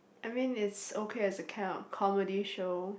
I mean it's okay as kind of comedy show